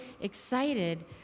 excited